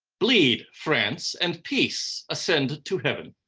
bleed france, and peace ascend to heaven.